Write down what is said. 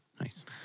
Nice